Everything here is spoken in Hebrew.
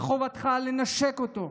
מחובתך לנשק אותו.